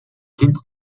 хэнд